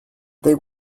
they